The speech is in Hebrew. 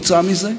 אותם זה משמח.